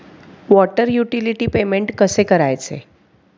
Water utility payment कसे करायचे?